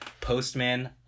Postman